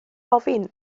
ofyn